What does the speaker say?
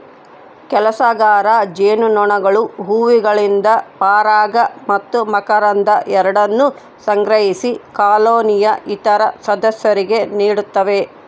ಕೆಲಸಗಾರ ಜೇನುನೊಣಗಳು ಹೂವುಗಳಿಂದ ಪರಾಗ ಮತ್ತು ಮಕರಂದ ಎರಡನ್ನೂ ಸಂಗ್ರಹಿಸಿ ಕಾಲೋನಿಯ ಇತರ ಸದಸ್ಯರಿಗೆ ನೀಡುತ್ತವೆ